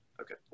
Okay